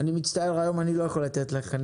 אני מצטער, היום אני לא יכול לתת לך.